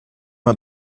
hat